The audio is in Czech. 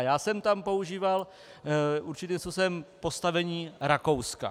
Já jsem tam používal určitým způsobem postavení Rakouska.